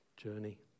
Journey